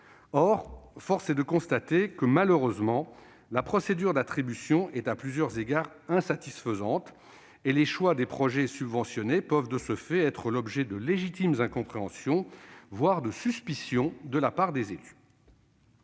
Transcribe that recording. Or, force est de constater que, malheureusement, la procédure d'attribution est, à plusieurs égards, insatisfaisante, et les choix des projets subventionnés peuvent, de ce fait, être l'objet de légitimes incompréhensions, voire de suspicions, de la part des élus.